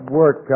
work